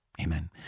Amen